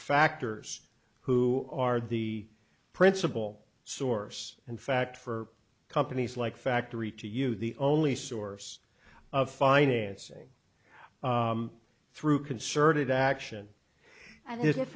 factors who are the principal source in fact for companies like factory to use the only source of financing through concerted action and i